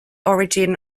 origin